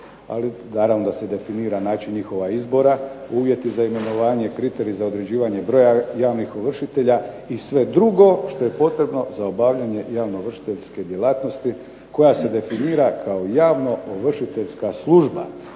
Ali naravno da se definira način njihova izbora, uvjeti za imenovanje, kriterij za određivanje broja javnih ovršitelja i sve drugo što je potrebno za obavljanje javno ovršiteljske djelatnosti koja se definira kao javno ovršiteljska služba